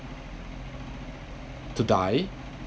to die